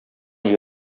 you